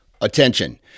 Attention